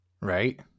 right